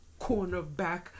Cornerback